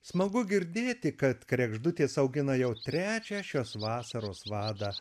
smagu girdėti kad kregždutės augina jau trečią šios vasaros vadą